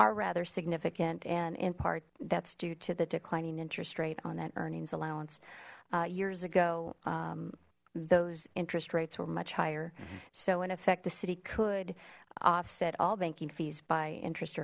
are rather significant and in part that's due to the declining interest rate on that earnings allowance years ago those interest rates were much higher so in effect the city could offset all banking fees by interest